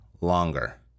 longer